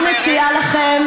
אני מציעה לכם